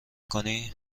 کنی